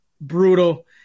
Brutal